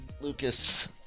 lucas